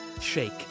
shake